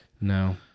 No